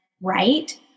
right